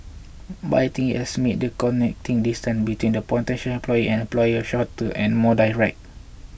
but I think it has made the connecting distance between the potential employee and employer shorter and more direct